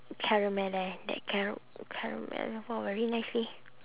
caramel eh that cara~ caramel !wah! very nice leh